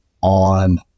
on